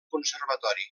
conservatori